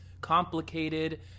complicated